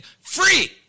free